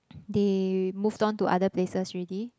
they moved on to other places already